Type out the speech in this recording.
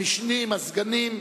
המשנים, הסגנים.